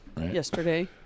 yesterday